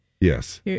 yes